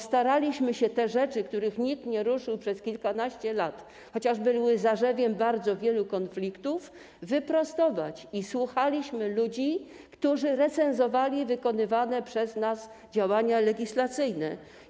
Staraliśmy się wyprostować te rzeczy, których nikt nie ruszył przez kilkanaście lat, chociaż były zarzewiem bardzo wielu konfliktów, i słuchaliśmy ludzi, którzy recenzowali wykonywane przez nas działania legislacyjne.